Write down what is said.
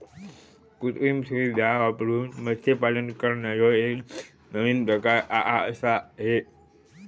कृत्रिम सुविधां वापरून मत्स्यपालन करना ह्यो एक नवीन प्रकार आआसा हे